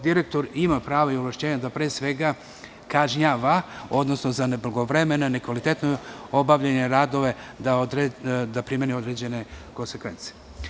Direktor ima prava i ovlašćenja da pre svega kažnjava odnosno da za neblagovremeno i nekvalitetno obavljene radove primeni određene konsekvence.